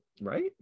Right